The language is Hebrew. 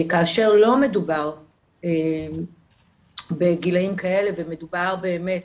כאשר לא מדובר בגילאים כאלה ומדובר באמת